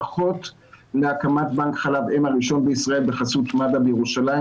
ברכות להקמת בנק חלב אם הראשון בישראל בחסות מד"א בירושלים,